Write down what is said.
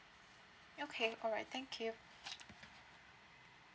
okay all right thank you